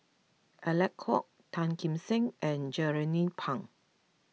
Alec Kuok Tan Kim Seng and Jernnine Pang